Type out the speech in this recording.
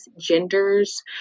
genders